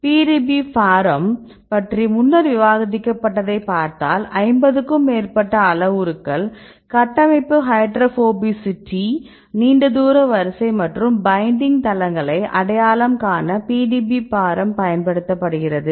PDB param பற்றி முன்னர் விவாதிக்கப்பட்டதைப் பார்த்தால் 50 க்கும் மேற்பட்ட அளவுருக்கள் கட்டமைப்பு ஹைட்ரோபோபசிட்டி நீண்ட தூர வரிசை மற்றும் பைண்டிங் தளங்களை அடையாளம் காண PDB param பயன்படுத்தப்படுகிறது